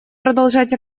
продолжать